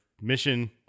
mission